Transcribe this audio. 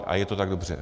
A je to tak dobře.